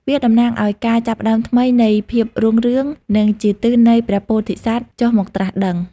វាតំណាងឲ្យការចាប់ផ្តើមថ្មីនៃភាពរុងរឿង និងជាទិសនៃព្រះពោធិសត្វចុះមកត្រាស់ដឹង។